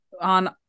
On